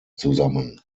zusammen